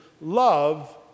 love